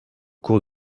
cours